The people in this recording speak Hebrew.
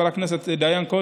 חבר הכנסת דיין,